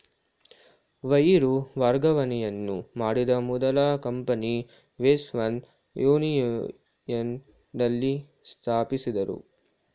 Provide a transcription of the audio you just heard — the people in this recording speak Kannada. ವೈರು ವರ್ಗಾವಣೆಯನ್ನು ಮಾಡಿದ ಮೊದಲ ಕಂಪನಿ ವೆಸ್ಟರ್ನ್ ಯೂನಿಯನ್ ನಲ್ಲಿ ಸ್ಥಾಪಿಸಿದ್ದ್ರು